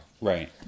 Right